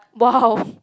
!wow!